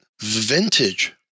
Vintage